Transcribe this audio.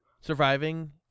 Surviving